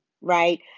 right